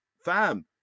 Fam